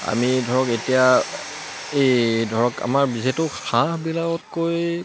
আমি ধৰক এতিয়া এই ধৰক আমাৰ যিহেতু হাঁহবিলাকতকৈ